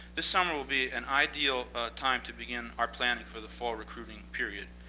this summer will be an ideal time to begin our planning for the fall recruiting period.